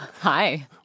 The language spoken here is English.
Hi